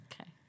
Okay